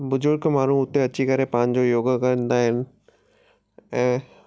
बुजुर्ग माण्हू हुते अची करे पंहिंजो योगा कंदा आहिनि ऐं